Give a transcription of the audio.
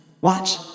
Watch